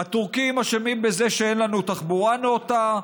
הטורקים אשמים בזה שאין לנו תחבורה נאותה,